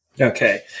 Okay